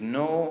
no